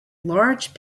large